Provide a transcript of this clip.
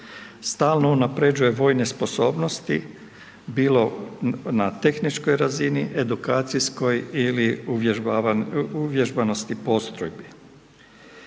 stalno unapređuje vojne sposobnosti, bilo na tehničkoj razini, edukacijskoj ili uvježbanosti postrojbi.